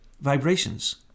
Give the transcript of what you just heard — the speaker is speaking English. vibrations